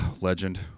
legend